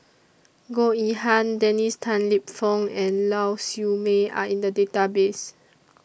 Goh Yihan Dennis Tan Lip Fong and Lau Siew Mei Are in The Database